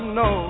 no